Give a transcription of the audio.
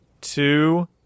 two